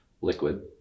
liquid